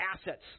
assets